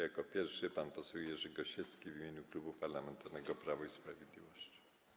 Jako pierwszy głos zabierze pan poseł Jerzy Gosiewski w imieniu Klubu Parlamentarnego Prawo i Sprawiedliwość.